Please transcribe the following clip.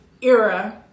era